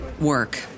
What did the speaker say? work